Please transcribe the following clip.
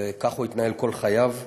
וכך הוא התנהל כל חייו.